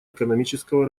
экономического